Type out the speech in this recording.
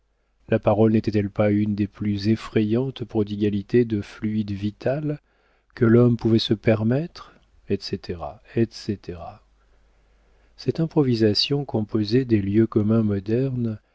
la parole n'était-elle pas une des plus effrayantes prodigalités de fluide vital que l'homme pouvait se permettre etc etc cette improvisation composée des lieux communs modernes